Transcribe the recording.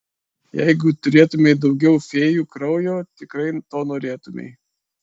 jeigu turėtumei daugiau fėjų kraujo tikrai to norėtumei